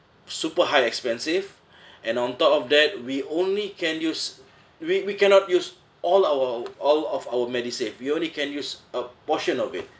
super high expensive and on top of that we only can use we we cannot use all our all of our medisave we only can use a portion of it